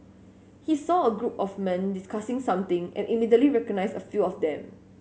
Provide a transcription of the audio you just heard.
he saw a group of men discussing something and immediately recognised a few of them